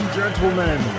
gentlemen